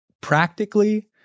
practically